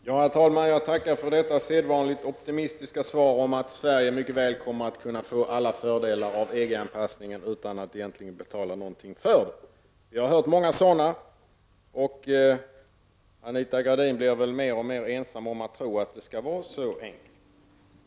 Herr talman! Jag tackar för detta sedvanligt optimistiska svar om att Sverige mycket väl kommer att kunna få alla fördelar av EG-anpassningen utan att egentligen betala någonting för det. Vi har hört många sådana. Anita Gradin blir mer och mer ensam om att tro att det skall vara så enkelt.